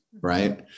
right